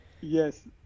Yes